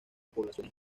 poblaciones